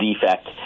defect